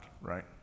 right